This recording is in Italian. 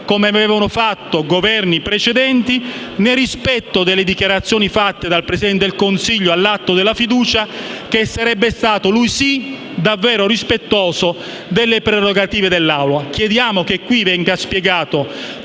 come avevano fatto i Governi precedenti, nel rispetto delle dichiarazioni rese dal Presidente del Consiglio all'atto della fiducia, che sarebbe stato - lui sì - davvero rispettoso delle prerogative dell'Assemblea. Chiediamo che qui venga spiegato